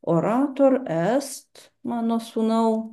orator est mano sūnau